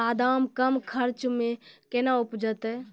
बादाम कम खर्च मे कैना उपजते?